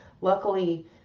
Luckily